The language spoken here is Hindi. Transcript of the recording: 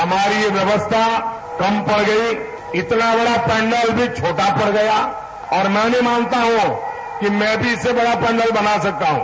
हमारी व्यवस्था कम पड़ गयी इतना बड़ा पैनल भी छोटा पड़ गया और मैं नहीं मानता हूँ कि मैं भी इससे बड़ा पैनल बना सकता हूं